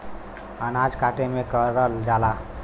अनाज काटे में करल जाला